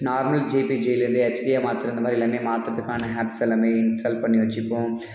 normal ஜேபிஜேயில் இருந்து ஹெச்டியாக மாற்றுறது இந்த மாதிரி எல்லாமே மாற்றுறதுக்கான ஹேப்ஸ் எல்லாமே இன்ஸ்டால் பண்ணி வச்சுப்போம்